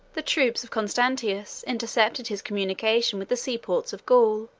the troops of constantius intercepted his communication with the seaports of gaul,